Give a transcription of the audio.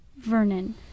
vernon